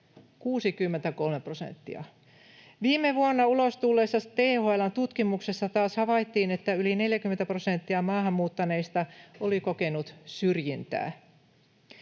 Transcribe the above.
63 prosenttia. Viime vuonna ulos tulleessa THL:n tutkimuksessa taas havaittiin, että yli 40 prosenttia maahan muuttaneista oli kokenut syrjintää.